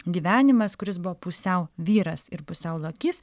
gyvenimas kuris buvo pusiau vyras ir pusiau lokys